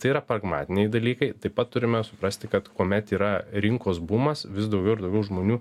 tai yra pragmatiniai dalykai taip pat turime suprasti kad kuomet yra rinkos bumas vis daugiau ir daugiau žmonių